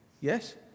Yes